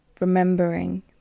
remembering